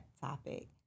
topic